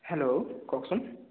hello কওকচোন